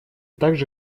также